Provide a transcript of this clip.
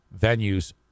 venues